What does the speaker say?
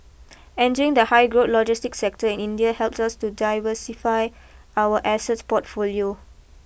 entering the high growth logistics sector in India helps us to diversify our asset portfolio